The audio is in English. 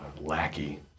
lackey